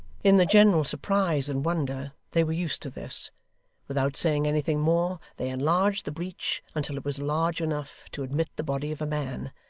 in the general surprise and wonder, they were used to this without saying anything more, they enlarged the breach until it was large enough to admit the body of a man,